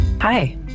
Hi